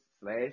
slash